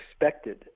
expected